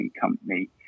company